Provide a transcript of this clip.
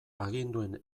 aginduen